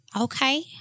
Okay